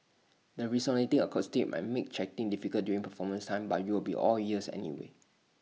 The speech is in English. the resonating acoustics might make chatting difficult during performance time but you will be all ears anyway